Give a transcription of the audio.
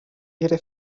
ihre